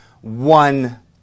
one